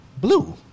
blue